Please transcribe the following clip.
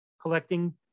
collecting